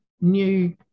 new